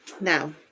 now